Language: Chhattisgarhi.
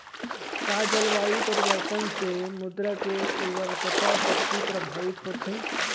का जलवायु परिवर्तन से मृदा के उर्वरकता शक्ति प्रभावित होथे?